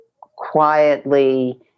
quietly